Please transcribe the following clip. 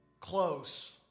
close